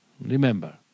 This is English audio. Remember